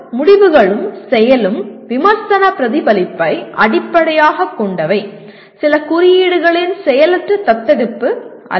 அதாவது முடிவுகளும் செயலும் விமர்சன பிரதிபலிப்பை அடிப்படையாகக் கொண்டவை சில குறியீடுகளின் செயலற்ற தத்தெடுப்பு அல்ல